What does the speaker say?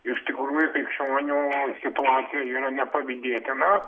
iš tikrųjų krikščionių situacija yra nepavydėtina